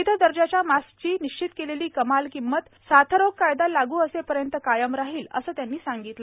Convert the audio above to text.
विविध दर्जाच्या मास्कची निश्चित केलेली कमाल किंमत साथरोग कायदा लागू असेपर्यंत कायम राहील असं त्यांनी सांगितलं